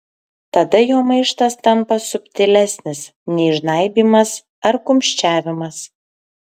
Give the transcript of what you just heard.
tada jo maištas tampa subtilesnis nei žnaibymas ar kumščiavimas